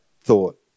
thought